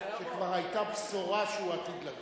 שכבר היתה בשורה שהוא עתיד לבוא.